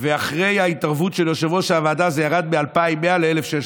ואחרי ההתערבות של יושב-ראש הוועדה זה ירד מ-2,100 ל-1,600.